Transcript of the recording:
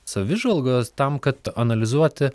savižvalgos tam kad analizuoti